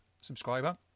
subscriber